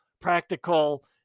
practical